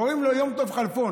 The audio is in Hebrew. קוראים לו יום טוב כלפון.